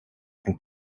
and